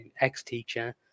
ex-teacher